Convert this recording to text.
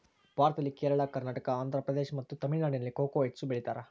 ಭಾರತದಲ್ಲಿ ಕೇರಳ, ಕರ್ನಾಟಕ, ಆಂಧ್ರಪ್ರದೇಶ್ ಮತ್ತು ತಮಿಳುನಾಡಿನಲ್ಲಿ ಕೊಕೊ ಹೆಚ್ಚು ಬೆಳಿತಾರ?